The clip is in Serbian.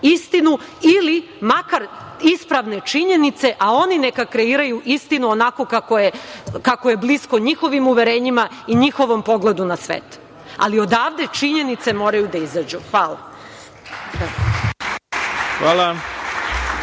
istinu, ili makar, ispravne činjenice, a oni neka kreiraju istinu onako kako je blisko njihovim uverenjima i njihovom pogledu na svet. Ali, odavde, činjenice moraju da izađu. Hvala.